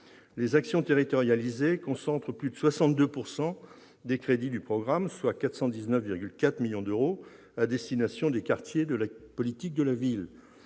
Les actions territorialisées concentrent plus de 62 % des crédits du programme, soit 419,4 millions d'euros à destination des quartiers prioritaires de la